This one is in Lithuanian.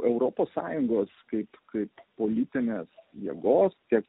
europos sąjungos kaip kaip politinės jėgos tiek